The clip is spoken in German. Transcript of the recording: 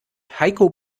heiko